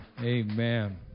amen